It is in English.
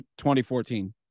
2014